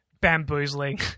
bamboozling